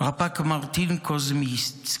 רפ"ק מרטין קוזמיצקס,